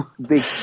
Big